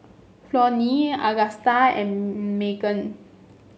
Flonnie Augusta and Maegan